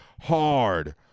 Hard